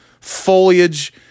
foliage